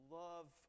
love